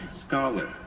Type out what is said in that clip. scholar